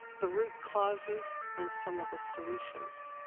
the root causes, and some of the solutions.